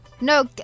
no